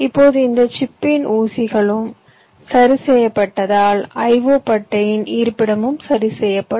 இப்போது இந்த சிப்பின் ஊசிகளும் சரி செய்யப்படுவதால் IO பட்டையின் இருப்பிடமும் சரி செய்யப்படும்